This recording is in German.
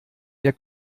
der